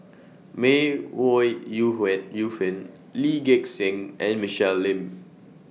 May Ooi Yu Yu Fen Lee Gek Seng and Michelle Lim